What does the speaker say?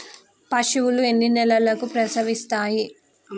పశువులు ఎన్ని నెలలకు ప్రసవిస్తాయి?